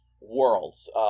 worlds